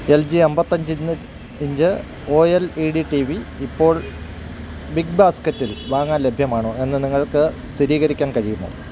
L G അൻപത്തിയഞ്ച് inch O L E D T V big ബിഗ് ബാസ്ക്കറ്റിൽ വാങ്ങാൻ ലഭ്യമാണോയെന്ന് നിങ്ങൾക്ക് സ്ഥിരീകരിക്കാൻ കഴിയുമോ